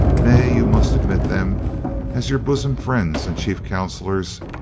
nay you must admit them as your bosom friends and chief counsellors,